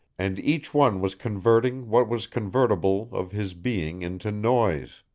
and each one was converting what was convertible of his being into noise.